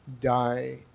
die